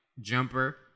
Jumper